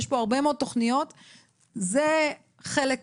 יש פה הרבה מאוד תוכניות וזה חלק קטן.